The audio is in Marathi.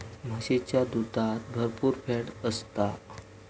म्हशीच्या दुधात भरपुर फॅट असता